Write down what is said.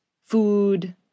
food